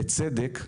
בצדק,